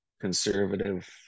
conservative